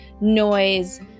noise